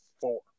four